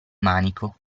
manico